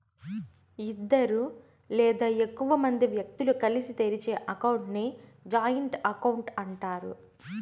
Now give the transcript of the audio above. ఇద్దరు లేదా ఎక్కువ మంది వ్యక్తులు కలిసి తెరిచే అకౌంట్ ని జాయింట్ అకౌంట్ అంటారు